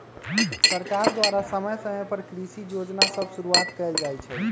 सरकार द्वारा समय समय पर कृषि जोजना सभ शुरुआत कएल जाइ छइ